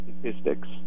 statistics